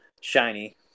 shiny